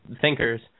thinkers